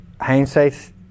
Hindsight